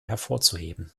hervorzuheben